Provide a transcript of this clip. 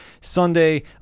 Sunday